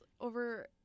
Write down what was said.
over